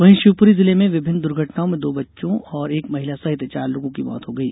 वहीं शिवपुरी जिले में विभिन्न दुर्घटनाओं में दो बच्चों और एक महिला सहित चार लोगों की मौत हो गई